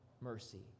mercy